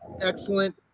excellent